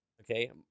Okay